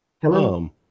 Hello